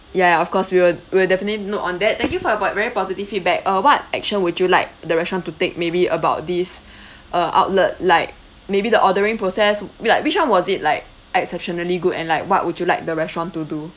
ya of course we will we will definitely note on that thank you your po~ very positive feedback uh what action would you like the restaurant to take maybe about this uh outlet like maybe the ordering process maybe like which one was it like exceptionally good and like what would you like the restaurant to do